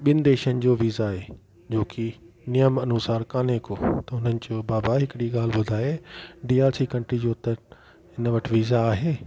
ॿिन देशनि जो वीज़ा ए जोकी नियम अनुसार कोन्हे को त हुननि चयो बाबा हिकड़ी ॻाल्हि ॿुधाए डीआरसी कंट्री जो त हिन वटि वीज़ा आहे